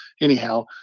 anyhow